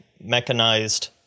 mechanized